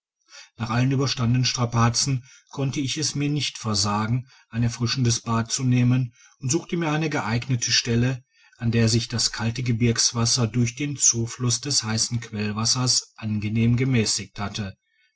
nach allen überstandenen strapazen konnte ich es mir nicht versagen ein erfrischendes bad zu nehmen und suchte mir eine geeignete stelle an der sich das kalte gebirgswasser durch den zufluss des heissen quellwassers angenehm gemässigt hatte